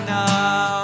now